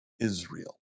Israel